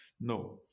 No